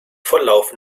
volllaufen